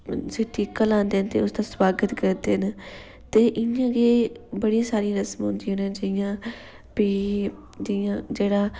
ते उसी टिक्का लांदे ते उसदा सुआगत करदे न ते इयां गै बड़ियां सारियां रस्मां होन्दिया न जियां फ्ही जियां जेह्ड़ा